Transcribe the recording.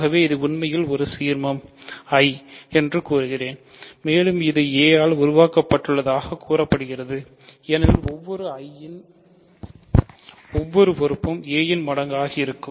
ஆகவே இது உண்மையில் ஒரு சீர்மம் I என்று கூறுகிறேன் மேலும் இது a ஆல் உருவாக்கப்படுவதாகக் கூறப்படுகிறது ஏனெனில் ஒவ்வொரு I இன் ஒவ்வொரு பொறுப்பும் a ன் மடங்காக இருக்கும்